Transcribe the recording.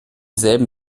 selben